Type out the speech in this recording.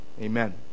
amen